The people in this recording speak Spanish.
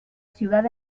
ciudad